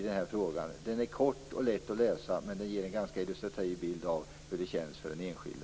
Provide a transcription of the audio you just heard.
Den är kort och lätt att läsa, men den ger en illustrativ bild av hur det känns för den enskilde.